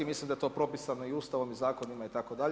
Mislim da je to propisano i Ustavom i zakonima itd.